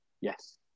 Yes